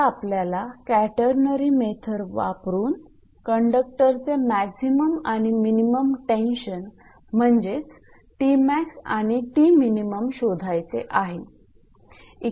आता आपल्याला catenary method वापरून कंडक्टरचे मॅक्झिमम आणि मिनिमम टेन्शन म्हणजे आणि शोधायचे आहे